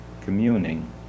communing